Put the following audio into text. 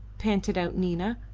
panted out nina,